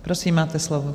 Prosím, máte slovo.